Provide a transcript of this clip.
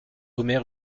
omer